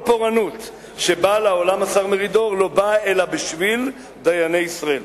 "שבאה לעולם, לא באה אלא בשביל דייני ישראל".